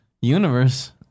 universe